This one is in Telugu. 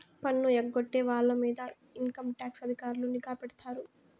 పన్ను ఎగ్గొట్టే వాళ్ళ మీద ఇన్కంటాక్స్ అధికారులు నిఘా పెడతారు